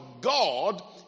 god